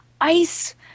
ice